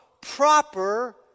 Proper